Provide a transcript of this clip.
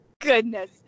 Goodness